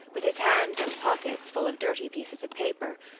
with his hands and pockets full of dirty pieces of paper,